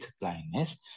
blindness